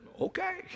okay